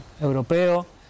europeo